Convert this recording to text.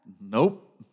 Nope